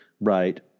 right